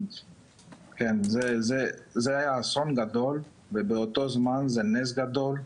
כן זה היה אסון גדול ובאותו זמן זה נזק גדול,